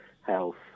health